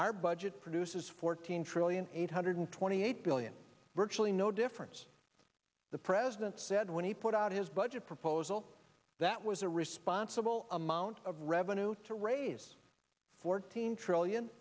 our budget produces fourteen trillion eight hundred twenty eight billion virtually no difference the president said when he put out his budget proposal that was a responsible amount of revenue to raise fourteen trillion